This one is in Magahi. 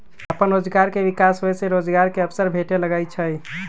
अप्पन रोजगार के विकास होय से रोजगार के अवसर भेटे लगैइ छै